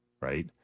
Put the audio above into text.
right